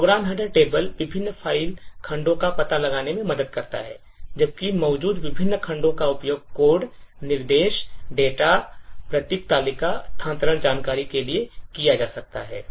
programme header table विभिन्न file खंडों का पता लगाने में मदद करता है जबकि मौजूद विभिन्न खंडों का उपयोग कोड निर्देश डेटा प्रतीक तालिका स्थानांतरण जानकारी के लिए किया जा सकता है